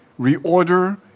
reorder